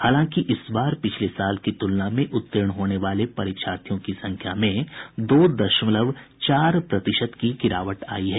हालांकि इस बार पिछले साल की तुलना में उत्तीर्ण होने वाले परीक्षार्थियों की संख्या में दो दशमलव चार प्रतिशत की गिरावट आयी है